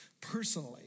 personally